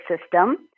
system